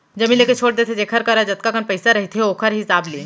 जमीन लेके छोड़ देथे जेखर करा जतका कन पइसा रहिथे ओखर हिसाब ले